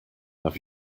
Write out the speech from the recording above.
have